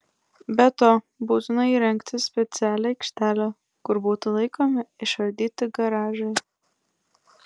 be to būtina įrengti specialią aikštelę kur būtų laikomi išardyti garažai